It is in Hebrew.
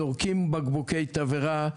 זורקים בקבוקי תבערה.